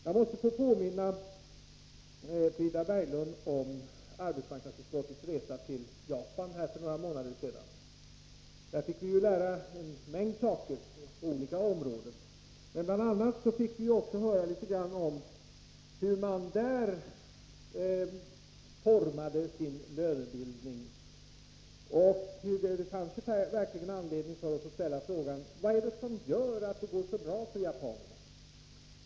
Jag måste få påminna Frida Berglund om arbetsmarknadsutskottets resa till Japan för några månader sedan. Där fick vi lära oss en mängd saker på olika områden. BI. a. fick vi höra litet grand om hur lönebildningen går till där. Vi fick verkligen anledning att ställa oss frågan vad det är som gör att det går så bra för japanerna.